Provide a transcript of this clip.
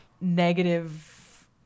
negative